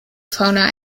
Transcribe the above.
fauna